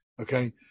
okay